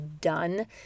done